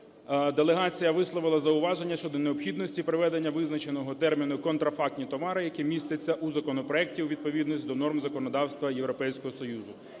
делегація висловила зауваження щодо необхідності приведення визначеного терміну "контрафактні товари", який міститься у законопроекті, у відповідність до норм законодавства Європейського Союзу.